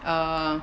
um